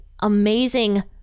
amazing